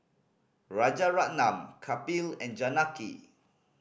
Rajaratnam Kapil and Janaki